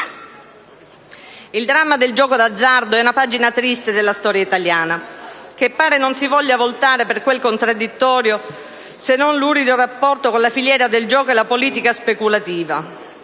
Il dramma del gioco d'azzardo è una pagina triste della storia italiana, che pare non si voglia voltare, per quel contraddittorio, se non lurido, rapporto tra la filiera del gioco e la politica speculativa.